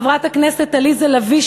חברת הכנסת עליזה לביא,